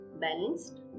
balanced